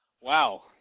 Wow